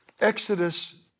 Exodus